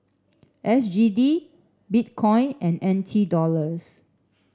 S G D Bitcoin and N T Dollars